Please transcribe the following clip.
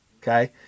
Okay